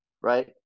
right